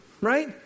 right